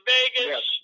Vegas